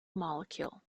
molecule